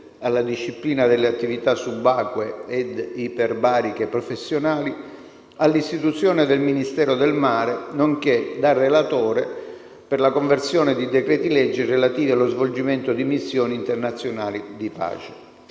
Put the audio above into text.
alla disciplina delle attività subacquee ed iperbariche professionali, all'istituzione del Ministero del mare, nonché - da relatore - per la conversione di decreti-legge relativi allo svolgimento di missioni internazionali di pace.